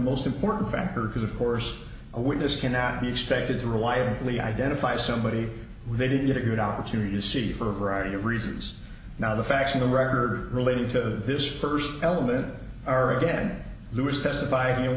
most important factor because of course a witness can at be expected to reliably identify somebody they didn't get a good opportunity to see for a variety of reasons now the facts in the record relating to this first element are again louis testify